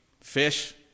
fish